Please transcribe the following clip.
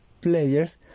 players